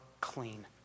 clean